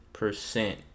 percent